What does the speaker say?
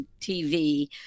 TV